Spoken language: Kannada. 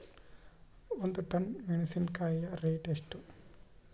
ಒಂದು ಟನ್ ಮೆನೆಸಿನಕಾಯಿ ರೇಟ್ ಎಷ್ಟು?